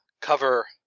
cover